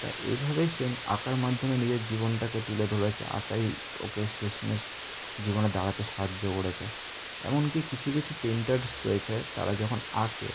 তা এইভাবে সে আঁকার মাধ্যমে নিজের জীবনটাকে তুলে ধরেছে আঁকাই ওকে শেষমেশ জীবনে দাঁড়াতে সাহায্য করেছে এমনকি কিছু কিছু পেন্টার্স রয়েছে তারা যখন আঁকে